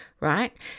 right